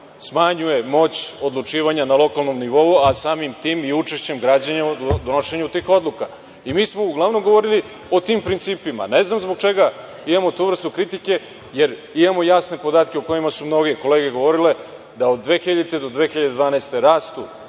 smanjuje moć odlučivanja na lokalnom nivou, a samim tim i učešće građana u donošenju tih odluka. Mi smo uglavnom govorili o tim principima. Ne znam zbog čega imamo tu vrstu kritike, jer imamo jasne podatke o kojima su mnoge kolege govorile, da od 2000. do 2012. godine